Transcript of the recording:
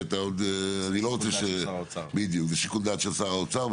כי זה בשיקול הדעת של שר האוצר,